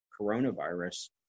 coronavirus